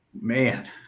man